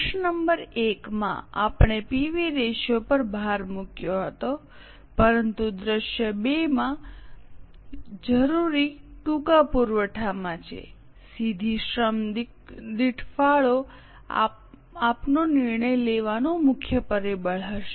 પ્રશ્ન નંબર 1 માં આપણે પીવી રેશિયો પર ભાર મૂક્યો હતો પરંતુ દૃશ્ય 2 માં મજૂરી ટૂંકા પુરવઠામાં છેસીધી શ્રમ દીઠ ફાળો આપનો નિર્ણય લેવાનું મુખ્ય પરિબળ હશે